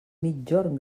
migjorn